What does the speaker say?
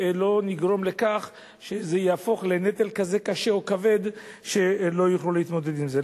נגרום לכך שבסוף זה יהפוך לנטל כזה קשה או כבד שלא יוכלו להתמודד עם זה.